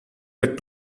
that